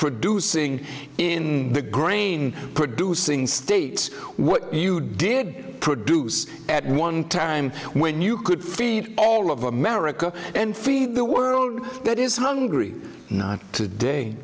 producing in the grain producing state what you did produce at one time when you could feed all of america and feed the world that is mongery not today